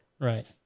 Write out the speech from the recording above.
Right